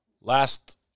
Last